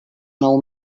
nou